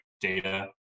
data